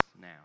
now